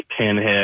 Pinhead